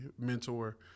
mentor